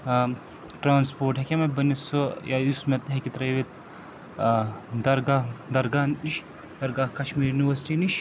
transport ہیٚکیٛاہ مےٚ بٔنِتھ سُہ یا یُس مےٚ ہیٚکہِ ترٛٲوِتھ درگاہ درگاہ نِش درگاہ کَشمیٖر یونیورسِٹی نِش